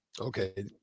Okay